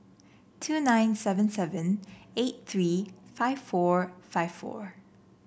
two nine seven seven eight three five four five four